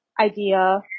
idea